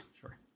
sure